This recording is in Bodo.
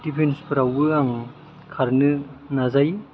दिफेसफोरावबो आं खारनो नाजायो